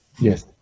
yes